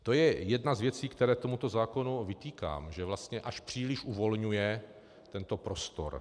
To je jedna z věcí, kterou tomuto zákonu vytýkám, že vlastně až příliš uvolňuje tento prostor.